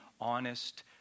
honest